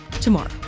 tomorrow